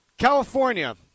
California